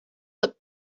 that